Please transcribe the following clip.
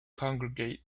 congregate